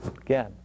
again